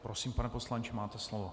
Prosím, pane poslanče, máte slovo.